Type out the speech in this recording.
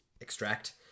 extract